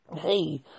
Hey